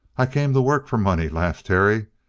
i came to work for money, laughed terry,